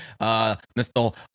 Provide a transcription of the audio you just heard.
Mr